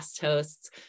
hosts